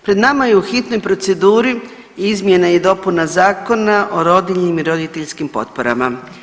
Pred nama je u hitnoj proceduri izmjena i dopuna Zakona o rodiljnim i roditeljskim potporama.